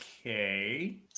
Okay